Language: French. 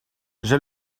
j’ai